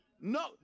No